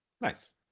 nice